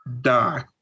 die